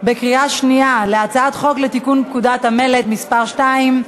בקריאה שנייה על הצעת חוק לתיקון פקודת המלט (מס' 2),